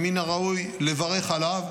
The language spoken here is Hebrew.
ומן הראוי לברך עליו,